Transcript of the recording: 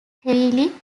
heavily